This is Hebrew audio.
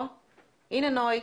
הנה נוי.